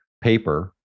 paper